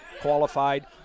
qualified